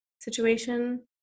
situation